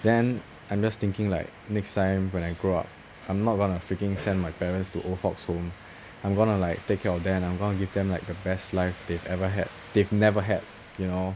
then I'm just thinking like next time when I grow up I'm not gonna freaking send my parents to old folks home I'm gonna like take care of them I'm gonna give them like the best life they've ever had they've never had you know